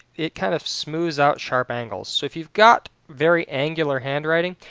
it kind of smooths out sharp angles, so if you've got very angular handwriting,